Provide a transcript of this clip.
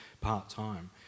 part-time